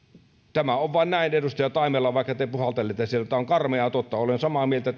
tämä vain on näin edustaja taimela vaikka te puhaltelette siellä tämä on karmeaa totta olen samaa mieltä